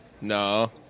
no